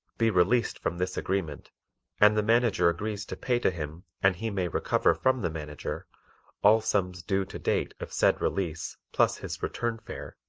be released from this agreement and the manager agrees to pay to him and he may recover from the manager all sums due to date of said release, plus his return fare,